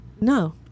No